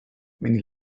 many